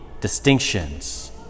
distinctions